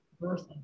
birth